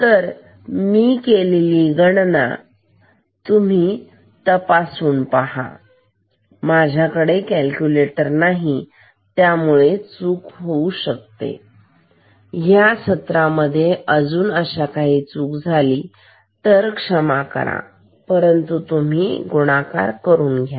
तर मी केलेली गणना करून पहा हा तपासून पहा माझ्याकडे कॅलक्युलेटर नाही तर मी जर चूक करत असेल या पूर्ण सत्रामध्ये मला क्षमा करा परंतु तुम्ही हा गुणाकार करून घ्या